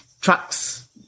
trucks